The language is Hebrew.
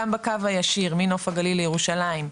גם בקו הישיר מנוף הגליל לירושלים,